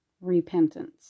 repentance